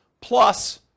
plus